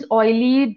oily